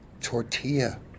Tortilla